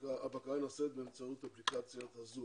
הבקרה נעשית באמצעות אפליקציית ה-זום.